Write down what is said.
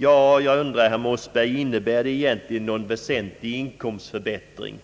Jag undrar, herr Mossberger — innebär det egentligen någon väsentlig inkomstförbättring?